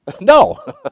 No